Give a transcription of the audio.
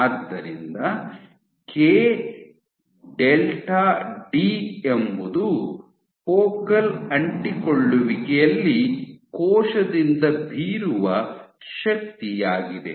ಆದ್ದರಿಂದ K delta D k delta d ಎಂಬುದು focal ಅಂಟಿಕೊಳ್ಳುವಿಕೆಯಲ್ಲಿ ಕೋಶದಿಂದ ಬೀರುವ ಶಕ್ತಿಯಾಗಿದೆ